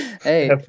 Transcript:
Hey